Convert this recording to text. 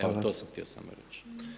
Evo to sam htio samo reći.